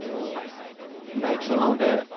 আৰু বাইক চলাওঁতে